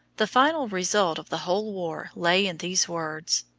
the final result of the whole war lay in these words.